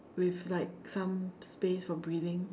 with like some space for breathing